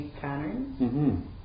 patterns